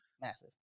Massive